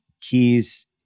keys